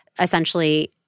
Essentially